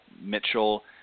Mitchell